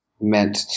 meant